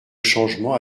changement